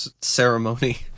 ceremony